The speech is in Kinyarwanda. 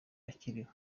akiriho